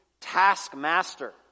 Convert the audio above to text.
taskmaster